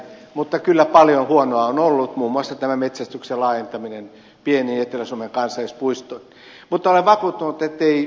mutta kyllä paljon huonoa on ollut muun muassa tämä metsästyksen laajentaminen pieniin etelä suomen kansallispuistoihin